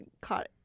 caught